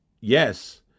yes